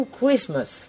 Christmas